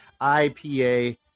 ipa